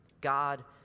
God